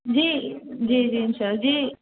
جی جی جی ان شاء جی